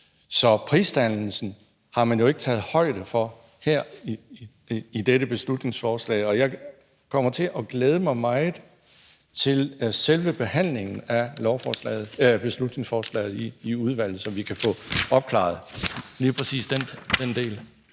Så prisdannelsen har man jo ikke taget højde for her i dette beslutningsforslag, og jeg kommer til at glæde mig meget til selve behandlingen af beslutningsforslaget i udvalget, så vi kan få opklaret lige præcis den del.